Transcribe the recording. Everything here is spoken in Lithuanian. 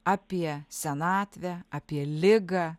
apie senatvę apie ligą